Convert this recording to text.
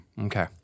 Okay